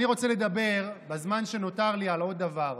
אני רוצה לדבר בזמן שנותר לי על עוד דבר.